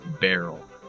barrel